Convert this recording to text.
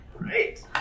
Right